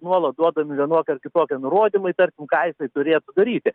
bus nuolat duodami vienoki ar kitoki nurodymai tarkim ką jisai turėtų daryti